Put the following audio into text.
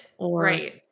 right